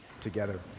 together